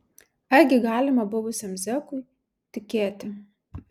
argi galima buvusiam zekui tikėti